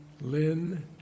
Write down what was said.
Lynn